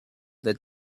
their